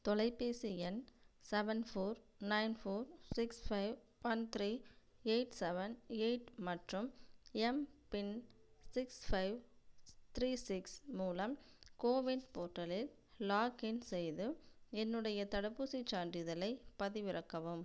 தொலைபேசி எண் seven four nine four six five one three eight seven eight மற்றும் எம்பின் சிக்ஸ் ஃபைவ் த்ரீ சிக்ஸ் மூலம் கோவின் போர்ட்டலில் லாக்இன் செய்து என்னுடைய தடுப்பூசிச் சான்றிதழை பதிவிறக்கவும்